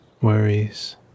worries